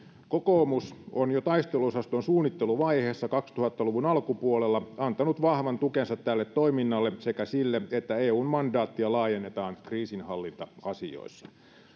kokoomus on jo taisteluosaston suunnitteluvaiheessa kaksituhatta luvun alkupuolella antanut vahvan tukensa tälle toiminnalle sekä sille että eun mandaattia laajennetaan kriisinhallinta asioissa